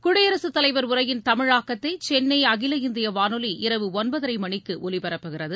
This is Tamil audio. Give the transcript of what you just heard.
குடியரசுத் தலைவர் உரையின் தமிழாக்கம் சென்னை அகில இந்திய வானொலி இரவு ஒன்பதரை மணிக்கு ஒலிபரப்புகிறது